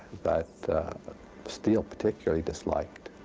that steele particularly disliked.